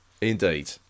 Indeed